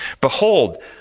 Behold